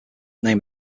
name